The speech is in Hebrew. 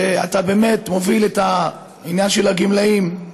אתה באמת מוביל את העניין של הגמלאים,